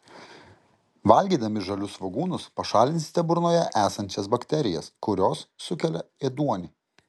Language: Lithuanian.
valgydami žalius svogūnus pašalinsite burnoje esančias bakterijas kurios sukelia ėduonį